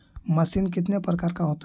Machine कितने प्रकार का होता है?